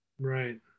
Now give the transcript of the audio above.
Right